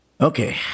Okay